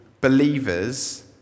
believers